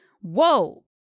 Whoa